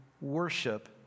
worship